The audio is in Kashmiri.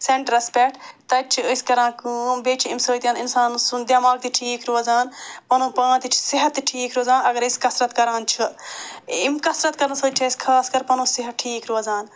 سٮ۪نٛٹَرَس پٮ۪ٹھ تَتہِ چھِ أسۍ کران کٲم بیٚیہِ چھِ اَمہِ سۭتۍ اِنسان سُنٛد دٮ۪ماغ تہِ ٹھیٖک روزان پنُن پان تہِ چھِ صحت تہِ ٹھیٖک روزان اگر أسۍ کثرت کران چھِ اَمہِ کثرت کرنہٕ سۭتۍ چھِ اَسہِ خاص کر پنُن صحت ٹھیٖک روزان